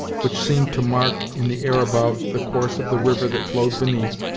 which seemed to mark, in the air above, the course of the river that flowed beneath,